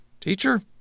Teacher